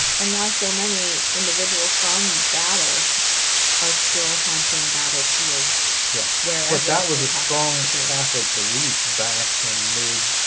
and why so many individuals from battles are still haunting battlefields yeah where that was a strong catholic belief back in mid